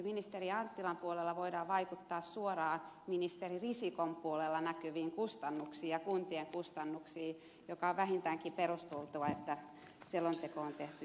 ministeri anttilan puolella voidaan vaikuttaa suoraan ministeri risikon puolella näkyviin kustannuksiin ja kuntien kustannuksiin joten on vähintäänkin perusteluta että selonteko on tehty yhdessä